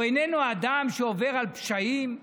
הוא איננו אדם שעובר על פשעים,